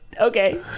Okay